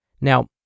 Now